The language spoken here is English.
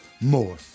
More